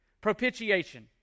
Propitiation